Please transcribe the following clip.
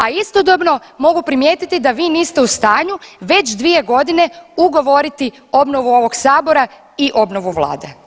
A istodobno mogu primijetiti da vi niste u stanju već 2 godine ugovoriti obnovu ovog sabora i obnovu vlade.